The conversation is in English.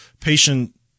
patient